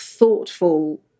thoughtful